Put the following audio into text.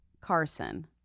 Carson